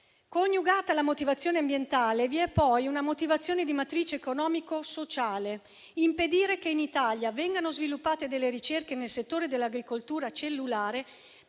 Coniugata alla motivazione ambientale vi è poi una motivazione di matrice economico-sociale: impedire che in Italia vengano sviluppate delle ricerche nel settore dell'agricoltura cellulare